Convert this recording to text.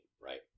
right